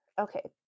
Okay